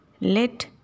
Let